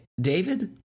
David